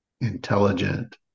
intelligent